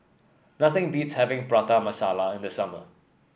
nothing beats having Prata Masala in the summer